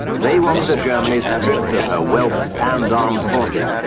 they wanted a germany stripped of her wealth and armed forces.